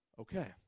okay